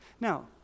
Now